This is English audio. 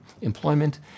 employment